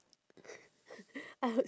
I would